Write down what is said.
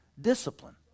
Discipline